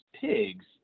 pigs